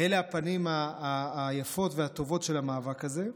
אלה הפנים היפות והטובות של המאבק הזה.